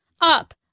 up